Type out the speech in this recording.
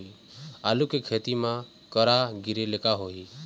आलू के खेती म करा गिरेले का होही?